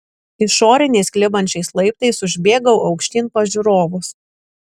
išoriniais klibančiais laiptais užbėgau aukštyn pas žiūrovus